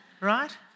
right